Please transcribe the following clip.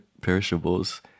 perishables